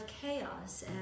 chaos